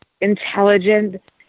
intelligent